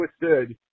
withstood